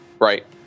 right